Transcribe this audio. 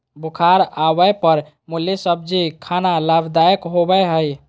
बुखार आवय पर मुली सब्जी खाना लाभदायक होबय हइ